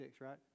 right